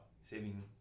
saving